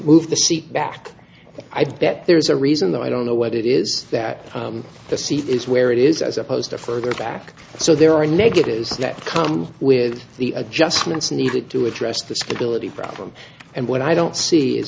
move the seat back i bet there's a reason that i don't know what it is that the seat is where it is as opposed to further back so there are negatives that come with the adjustments needed to address the stability problem and what i don't see i